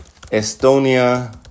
Estonia